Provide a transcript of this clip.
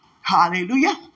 Hallelujah